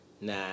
nah